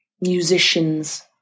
musicians